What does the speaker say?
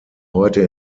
heute